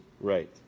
Right